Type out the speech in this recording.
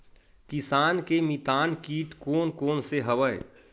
किसान के मितान कीट कोन कोन से हवय?